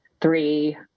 three